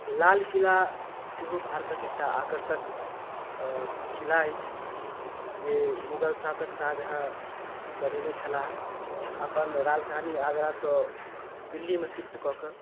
लालकिला सेहो भारतक एकटा आकर्षक किला अछि जे मुग़ल शासक शाहजहाँ बनेने छलाह अपन राजधानी आगरासँ दिल्ली मे शिफ्ट कऽ कऽ